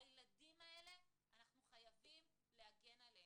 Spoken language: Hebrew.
הילדים האלה אנחנו חייבים להגן עליהם.